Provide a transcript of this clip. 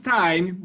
time